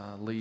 lead